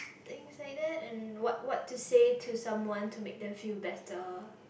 things like that and what what to say to someone to made them feel better